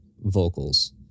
vocals